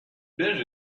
belge